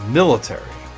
military